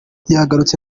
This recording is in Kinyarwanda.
yagarutse